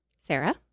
Sarah